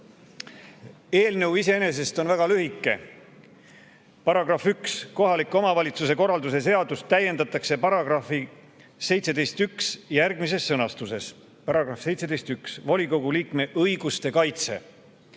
Eelnõu iseenesest on väga lühike. "§ 1. Kohaliku omavalitsuse korralduse seadust täiendatakse paragrahvi 171järgmises sõnastuses: "§ 171. Volikogu liikme õiguste kaitse